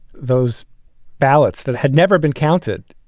those ballots that had never been counted.